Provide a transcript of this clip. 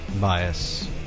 bias